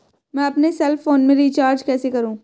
मैं अपने cell phone में रिचार्ज कैसे करूँ?